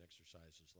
exercises